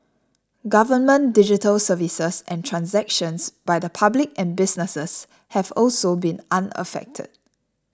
government digital services and transactions by the public and businesses have also been unaffected